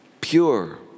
Pure